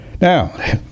Now